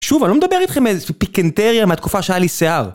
שוב, אני לא מדבר איתכם על איזה רכילות מהתקופה שהיה לי שיער.